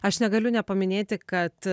aš negaliu nepaminėti kad